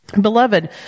Beloved